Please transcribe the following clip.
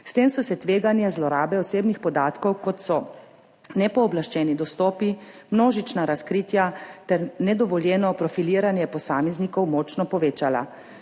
S tem so se tveganja zlorabe osebnih podatkov, kot so nepooblaščeni dostopi, množična razkritja ter nedovoljeno profiliranje posameznikov, močno povečala.